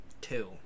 Two